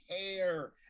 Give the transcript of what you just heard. care